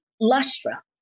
Lustra